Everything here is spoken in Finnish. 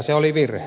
se oli virhe